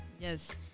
Yes